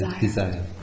Desire